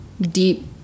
deep